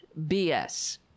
BS